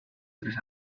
tres